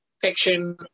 fiction